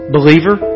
Believer